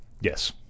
yes